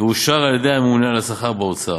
ואושר על-ידי הממונה על השכר באוצר.